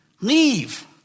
leave